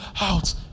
out